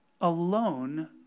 alone